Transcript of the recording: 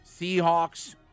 Seahawks